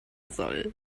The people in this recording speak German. sollen